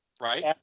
right